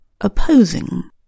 Opposing